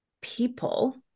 people